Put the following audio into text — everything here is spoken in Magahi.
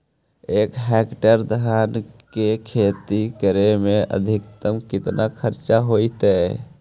एक हेक्टेयर धान के खेती करे में अधिकतम केतना खर्चा होतइ?